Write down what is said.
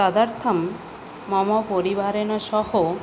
तदर्थं मम परिवारेण सह